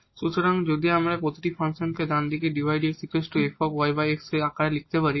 সুতরাং যদি আমরা এখানে প্রতিটি ফাংশন ডান দিকে dydx f yx আকারে আনতে পারি